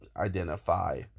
identify